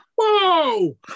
Whoa